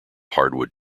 hardwood